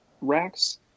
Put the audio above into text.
Racks